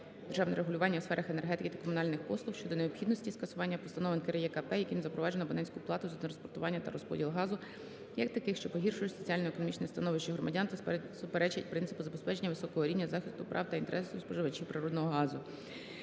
державне регулювання у сферах енергетики та комунальних послуг, щодо необхідності скасування постанов НКРЕКП, якими запроваджено абонентську плату за транспортування та розподіл газу, як таких, що погіршують соціально-економічне становище громадян та суперечать принципу забезпечення високого рівня захисту прав та інтересів споживачів природного газу.